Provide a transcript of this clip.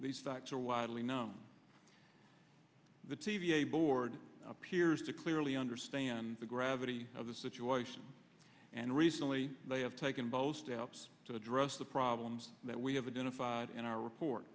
these facts are widely known the t v a board appears to clearly understand the gravity of the situation and recently they have taken both steps to address the problems that we have identified in our report